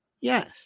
Yes